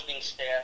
staff